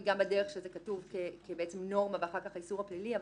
בדרך שזה כתוב כנורמה ואחר כך האיסור הפלילי.